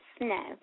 no